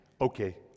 okay